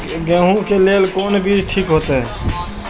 गेहूं के लेल कोन बीज ठीक होते?